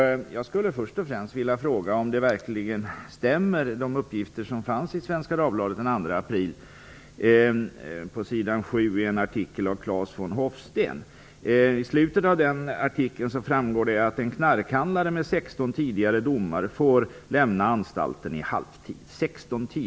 Jag skulle först och främst vilja fråga om uppgifterna i artikeln verkligen stämmer. I slutet av artikeln framgår att en knarkhandlare med 16 tidigare domar får lämna anstalten i halvtid.